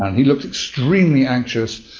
he looked extremely anxious,